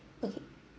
okay